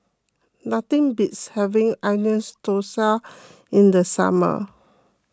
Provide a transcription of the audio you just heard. nothing beats having Onion Thosai in the summer